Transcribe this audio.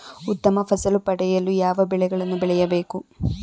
ಉತ್ತಮ ಫಸಲು ಪಡೆಯಲು ಯಾವ ಬೆಳೆಗಳನ್ನು ಬೆಳೆಯಬೇಕು?